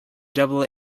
double